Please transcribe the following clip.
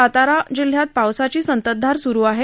सातारा जिल्हयात पावसाची संततधार स्रू आहे